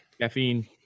caffeine